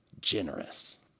generous